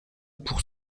pour